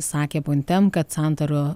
sakė pontem kad santaro